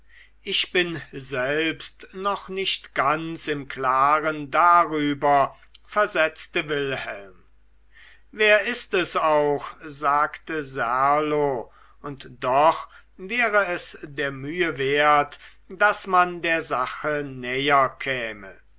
ich bin selbst noch nicht ganz im klaren darüber versetzte wilhelm wer ist es auch sagte serlo und doch wäre es der mühe wert daß man der sache näher käme